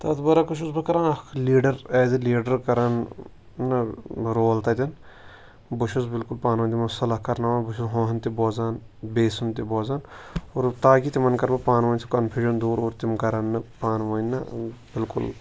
تَتھ برعکٕس چھُس بہٕ کَران اَکھ لیٖڈَر ایز اےٚ لیٖڈَر کَران رول تَتٮ۪ن بہٕ چھُس بلکل پانہٕ ؤنۍ تِمَن صلاح کَرناوان بہٕ چھُس ہُہُنٛد تہِ بوزان بیٚیہِ سُنٛد تہِ بوزان اور تاکہِ تِمَن کَرٕ بہٕ پانہٕ ؤنۍ سُہ کَنفیوٗجَن دوٗر اور تِم کَرَن نہٕ پانہٕ ؤنۍ نہ بلکل